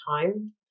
time